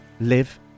live